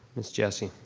miss jessie.